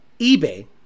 eBay